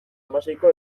hamaseiko